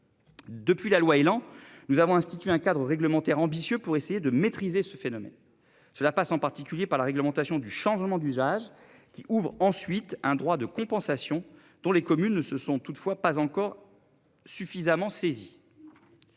Depuis la loi Elan nous avons institué un cadre réglementaire ambitieux pour essayer de maîtriser ce phénomène. Cela passe en particulier par la réglementation du changement d'usage qui ouvre ensuite un droit de compensation pour les communes ne se sont toutefois pas encore suffisamment saisi.